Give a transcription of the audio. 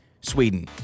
Sweden